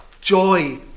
joy